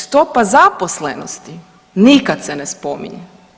Stopa zaposlenosti nikad se ne spominje.